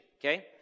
okay